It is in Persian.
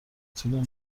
طول